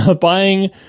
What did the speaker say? buying